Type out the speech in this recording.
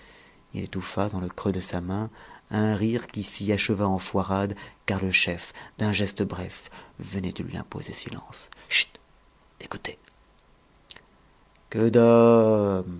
il étouffa dans le creux de sa main un rire qui s'y acheva en foirade car le chef d'un geste bref venait de lui imposer silence chut écoutez que d'hommes